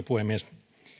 puhemies